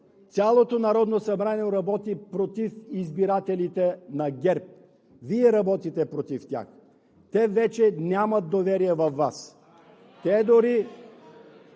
цялото Народно събрание работи против избирателите на ГЕРБ, Вие работите против тях. Те вече нямат доверие във Вас. (Силен